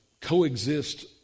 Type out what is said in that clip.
coexist